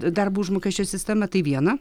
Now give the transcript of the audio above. darbo užmokesčio sistema tai viena